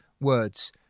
words